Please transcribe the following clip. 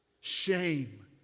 Shame